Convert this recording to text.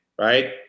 right